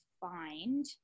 find